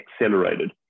accelerated